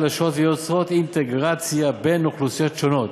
חלשות ויוצרות אינטגרציה בין קבוצות אוכלוסייה שונות.